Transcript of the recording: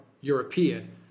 european